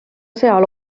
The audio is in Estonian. seal